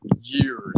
years